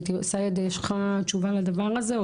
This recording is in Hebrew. סאיד יש לך תשובה לדבר הזה.